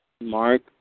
Mark